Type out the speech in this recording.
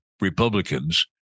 Republicans